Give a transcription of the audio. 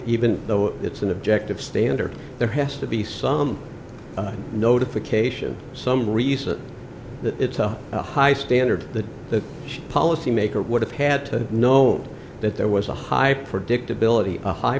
even though it's an objective standard there has to be some notification some reason that it's a high standard that the policy maker would have had to know that there was a high predictability a high